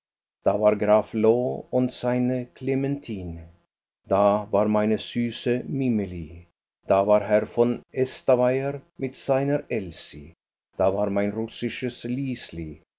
und seine clementine da war meine süße mimili da war herr von estavayer mit seiner elsi da war mein russisches